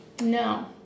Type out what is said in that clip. No